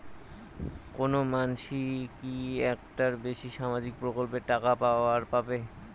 কোনো মানসি কি একটার বেশি সামাজিক প্রকল্পের টাকা পাবার পারে?